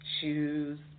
shoes